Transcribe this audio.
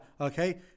okay